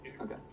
Okay